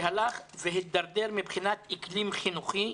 שהלך והידרדר מבחינת האקלים החינוכי,